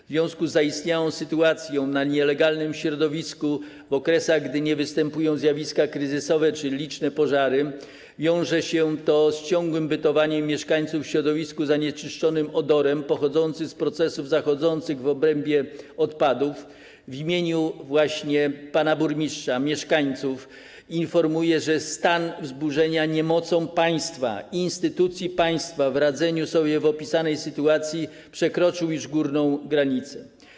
W związku z istniejącą sytuacją na nielegalnym składowisku, która w okresach gdy nie występują zjawiska kryzysowe czy liczne pożary, wiąże się z ciągłym bytowaniem mieszkańców w środowisku zanieczyszczonym odorem pochodzącym z procesów zachodzących w obrębie odpadów, w imieniu pana burmistrza i mieszkańców informuję, że stan wzburzenia niemocą państwa, instytucji państwa, w radzeniu sobie w opisanej sytuacji przekroczył już górną granicę.